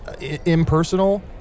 impersonal